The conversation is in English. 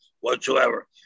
whatsoever